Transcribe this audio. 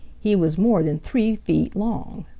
he was more than three feet long.